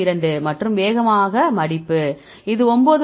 2 மற்றும் வேகமாக மடிப்பு இது 9